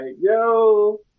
yo